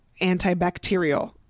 antibacterial